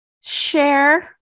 share